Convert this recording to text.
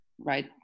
right